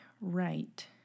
right